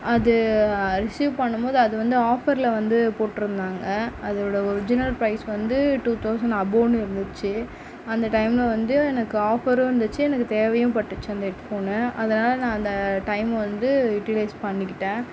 அது ரிஸீவ் பண்ணும்போது அது வந்து ஆஃபரில் வந்து போட்டிருந்தாங்க அதோடய ஒரிஜினல் ப்ரைஸ் வந்து டூ தவுசன் அபோவ்னு இருந்துச்சு அந்த டைமில் வந்து எனக்கு ஆஃபரும் இருந்துச்சு எனக்கு தேவையும்பட்டுச்சு அந்த ஹெட் ஃபோனு அதனால் நான் அந்த டைம்மை வந்து யுட்டிலைஸ் பண்ணிக்கிட்டேன்